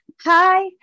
Hi